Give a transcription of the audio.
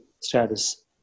status